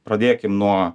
pradėkim nuo